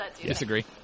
Disagree